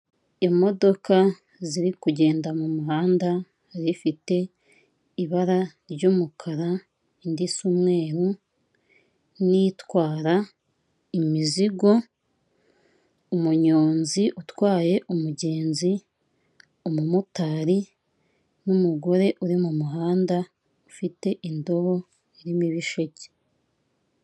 Ubwishingizi ni ngombwa nk'uko ubibona. Umwana wawe iyo ugize ikibazo runaka akarwara indwaro udashobora kubona amafaranga yo kuvuza biba ikibazo ariko iyo ufite rwose bukugoboka ibyo bishobora nko kujya kwivuza mu bigo nderabuzima byihariye ugasanga biguciye menshi ariko wabwekana ugasanga baragabanyije.